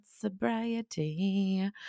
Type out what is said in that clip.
sobriety